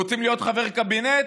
רוצים להיות חבר קבינט?